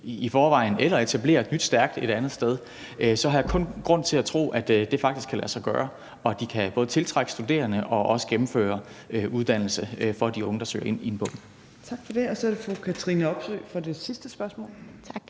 i forvejen, eller etablere et nyt stærkt miljø et andet sted, så har jeg kun grund til at tro, at det faktisk kan lade sig gøre, og at de både kan tiltrække studerende og også gennemføre uddannelser for de unge, der søger ind på dem. Kl. 15:44 Tredje næstformand (Trine Torp): Tak for det. Så er det fru Katrine Robsøe for det sidste spørgsmål. Kl.